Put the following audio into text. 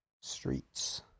streets